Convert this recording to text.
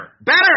better